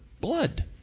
Blood